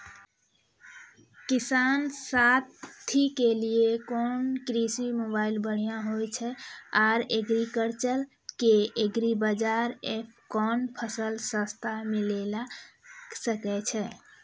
किसान साथी के लिए कोन कृषि मोबाइल बढ़िया होय छै आर एग्रीकल्चर के एग्रीबाजार एप कोन फसल सस्ता मिलैल सकै छै?